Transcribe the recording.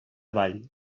vall